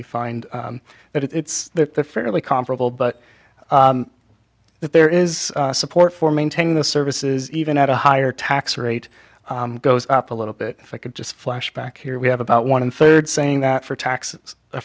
you find that it's fairly comparable but that there is support for maintaining the services even at a higher tax rate goes up a little bit i could just flash back here we have about one third saying that for taxes